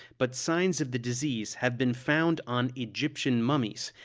but signs of the disease have been found on egyptian mummies,